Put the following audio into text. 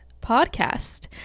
Podcast